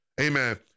amen